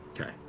Okay